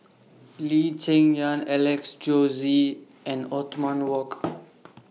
Lee Cheng Yan Alex Josey and Othman Wok